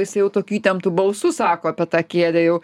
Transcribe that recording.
jis jau tokiu įtemptu balsu sako apie tą kėdę jau